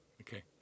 Okay